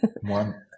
one